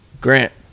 Grant